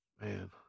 Man